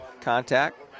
contact